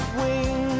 wings